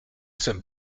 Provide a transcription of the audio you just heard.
sommes